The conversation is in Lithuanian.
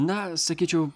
na sakyčiau